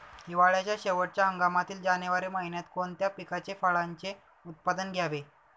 हिवाळ्याच्या शेवटच्या हंगामातील जानेवारी महिन्यात कोणत्या पिकाचे, फळांचे उत्पादन घ्यावे?